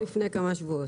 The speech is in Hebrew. לפני כמה שבועות.